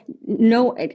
no